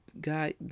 God